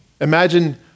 Imagine